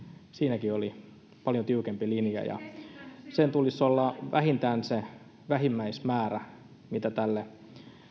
siinäkin oli paljon tiukempi linja ja sen tulisi olla vähintään se vähimmäismäärä mitä tälle